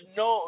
no